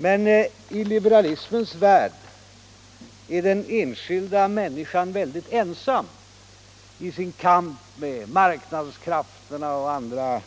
Men i liberalismens värld är den enskilda människan väldigt ensam i sin kamp mot marknadskrafterna och andra